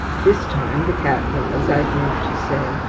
this time the cat was, i grieve to say,